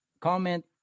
comment